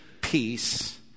peace